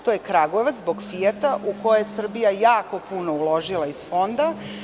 To je Kragujevac zbog „Fijata“ u koji je Srbija jako puno uložila iz fonda.